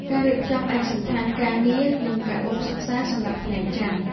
ការរៀបចំឯកសណ្ឋានការងារ និងកាបូបសិក្សាសម្រាប់ថ្ងៃច័ន្ទ។